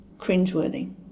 cringeworthy